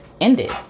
ended